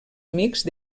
mixt